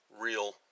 real